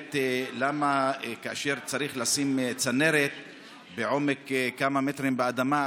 למה כאשר צריך לשים צנרת בעומק כמה מטרים באדמה,